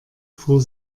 fuhr